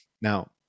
Now